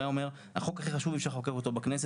הוא היה אומר: החוק הכי חשוב אי אפשר לחוקק אותו בכנסת,